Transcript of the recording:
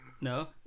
no